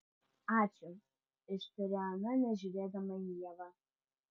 ačiū ištarė ana nežiūrėdama į ievą